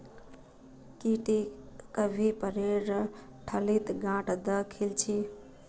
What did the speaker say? की टी कभी पेरेर ठल्लीत गांठ द खिल छि